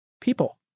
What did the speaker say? people